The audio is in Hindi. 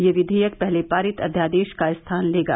यह विधेयक पहले पारित अध्यादेश का स्थान लेगा